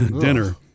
dinner